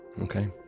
Okay